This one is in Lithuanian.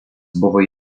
buvo